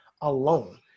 alone